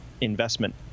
investment